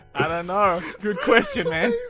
and i dunno! good question, man!